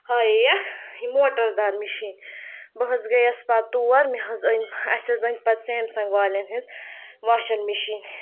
ہاییٚیَکھ یہِ موٹَر دار مِشیٖن بہٕ حظ گٔیَس پَتہٕ تور مےٚ حظ أنۍ اَسہِ حظ أنۍ پَتہٕ سیمسنٛگ والٮ۪ن ہِنٛز واشَل مِشیٖن